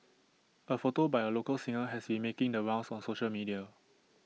A photo by A local singer has been making the rounds on social media